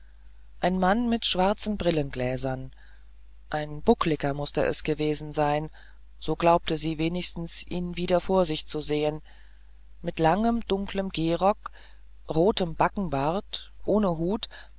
ein mann mit schwarzen brillengläsern ein buckliger mußte es gewesen sein so glaubte sie wenigstens ihn wieder vor sich zu sehen mit langem dunklem gehrock rotem backenbart ohne hut